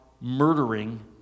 murdering